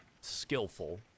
skillful